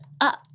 up